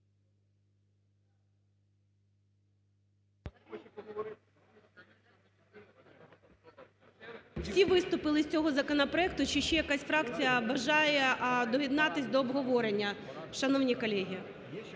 Всі виступили з цього законопроекту чи ще якась фракція бажає доєднатись до обговорення, шановні колеги?